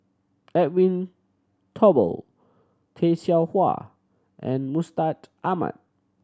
Edwin Thumboo Tay Seow Huah and Mustaq Ahmad